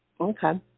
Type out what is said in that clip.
Okay